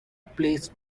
place